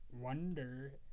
Wonder